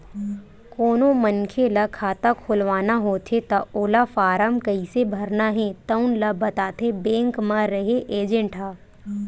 कोनो मनखे ल खाता खोलवाना होथे त ओला फारम कइसे भरना हे तउन ल बताथे बेंक म रेहे एजेंट ह